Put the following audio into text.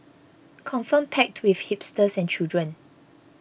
confirm packed with hipsters and children